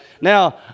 Now